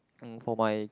mm for my